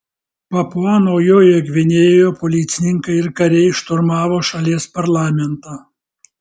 papua naujojoje gvinėjoje policininkai ir kariai šturmavo šalies parlamentą